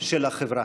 של החברה.